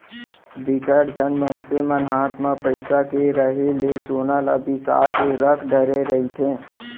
बिकट झन मनसे मन हात म पइसा के रेहे ले सोना ल बिसा के रख डरे रहिथे